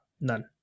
None